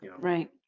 Right